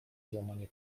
złamanie